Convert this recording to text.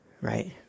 right